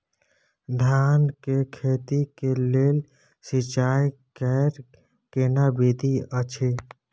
धान के खेती के लेल सिंचाई कैर केना विधी अछि?